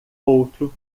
outro